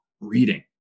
reading